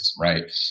right